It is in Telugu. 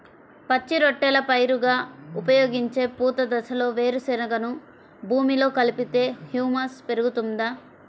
పచ్చి రొట్టెల పైరుగా ఉపయోగించే పూత దశలో వేరుశెనగను భూమిలో కలిపితే హ్యూమస్ పెరుగుతుందా?